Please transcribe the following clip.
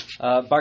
Bar